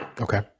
Okay